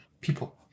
people